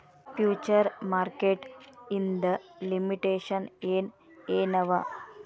Future market ಇಂದ್ limitations ಏನ್ ಏನವ?